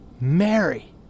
Mary